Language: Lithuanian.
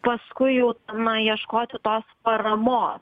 paskui jau tenai ieškoti tos paramos